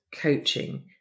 coaching